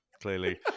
clearly